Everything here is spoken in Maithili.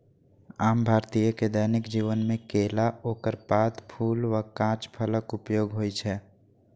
आम भारतीय के दैनिक जीवन मे केला, ओकर पात, फूल आ कांच फलक उपयोग होइ छै